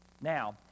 Now